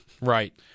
Right